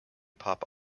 pop